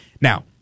Now